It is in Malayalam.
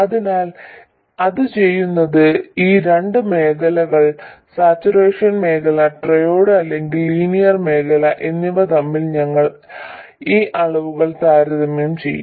അതിനാൽ അത് ചെയ്യുന്നതിന് ഈ രണ്ട് മേഖലകൾ സാച്ചുറേഷൻ മേഖല ട്രയോഡ് അല്ലെങ്കിൽ ലീനിയർ മേഖല എന്നിവ തമ്മിൽ ഞങ്ങൾ ഈ അളവുകൾ താരതമ്യം ചെയ്യും